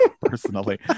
personally